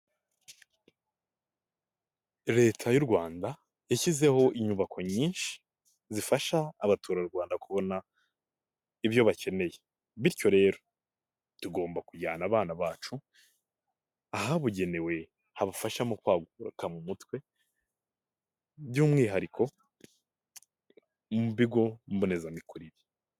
Leta y'u Rwanda yashyizeho inyubako nyinshi zifasha abaturarwanda kubona ibyo bakeneye, bityo rero tugomba kujyana abana bacu ahabugenewe habafasha mu kwaguka mu mutwe by'umwihariko mu bigo mbonezamikurire.